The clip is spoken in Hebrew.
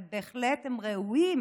אבל בהחלט הם ראויים